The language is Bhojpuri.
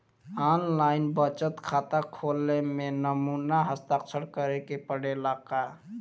आन लाइन बचत खाता खोले में नमूना हस्ताक्षर करेके पड़ेला का?